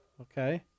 okay